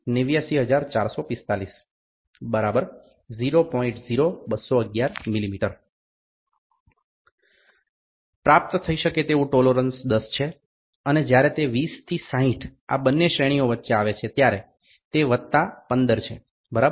0211 mm પ્રાપ્ત થઈ શકે તેવું ટોલોરન્સ 10 છે અને જ્યારે તે 20 થી 60 આ બંને શ્રેણી વચ્ચે આવે છે ત્યારે તે વત્તા 15 છે બરાબર